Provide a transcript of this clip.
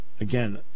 again